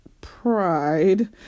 pride